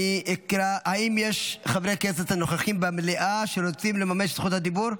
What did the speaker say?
האם יש חברי כנסת הנוכחים במליאה שרוצים לממש את זכות הדיבור?